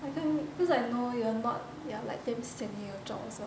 I can't because I know you not you're like damn sian at your job also